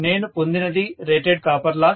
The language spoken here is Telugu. నేను పొందినది రేటెడ్ కాపర్ లాస్